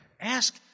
Ask